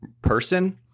person